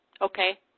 Okay